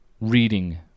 reading